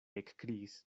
ekkriis